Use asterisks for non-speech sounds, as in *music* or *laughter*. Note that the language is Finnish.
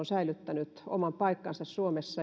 *unintelligible* säilyttänyt oman paikkansa suomessa